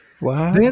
Wow